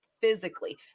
physically